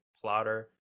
plotter